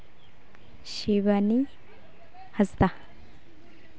ᱥᱤᱵᱟᱱᱤ ᱦᱟᱸᱥᱫᱟ